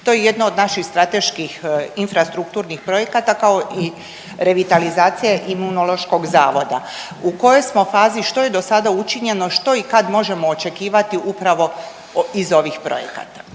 To je jedna od naših strateških infrastrukturnih projekata kao i revitalizacija Imunološkog zavoda. U kojoj smo fazi, što je dosada učinjeno, što i kad možemo očekivati upravo iz ovih projekata?